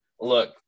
look